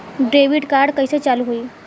Debit card कइसे चालू होई?